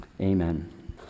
amen